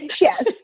Yes